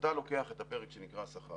כשאתה לוקח את הפרק שנקרא שכר,